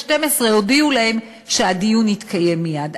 ב-24:00 הודיעו להם שהדיון יתקיים מייד.